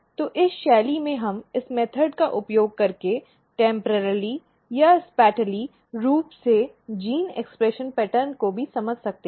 तो इस शैली में हम इस मेथॅड का उपयोग करके अस्थायी या स्थानिक रूप से जीन अभिव्यक्ति पैटर्न को भी समझ सकते हैं